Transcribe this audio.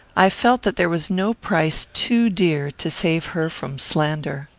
i felt that there was no price too dear to save her from slander.